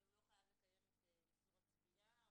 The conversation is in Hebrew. אבל לא חייב לקיים את אישור הצפייה,